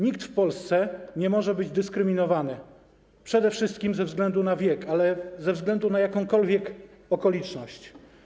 Nikt w Polsce nie może być dyskryminowany, przede wszystkim ze względu na wiek, ale ze względu na jakąkolwiek okoliczność.